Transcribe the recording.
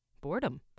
Boredom